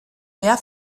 mehr